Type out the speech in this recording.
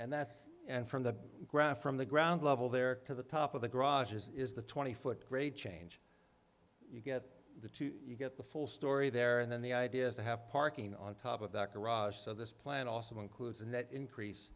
and that's and from the ground from the ground level there to the top of the garage is the twenty foot great change you get the two you get the full story there and then the idea is to have parking on top of that garage so this plan also includes a net increase